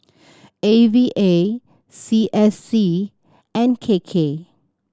A V A C S C and K K